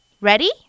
Ready